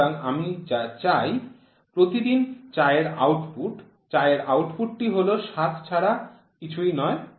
সুতরাং আমি যা চাই প্রতিদিন চায়ের আউটপুট চায়ের আউটপুটি হল স্বাদ ছাড়া কিছুই নয়